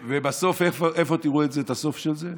ובסוף איפה תראו את זה, את הסוף של זה.